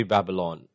Babylon